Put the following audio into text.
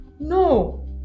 no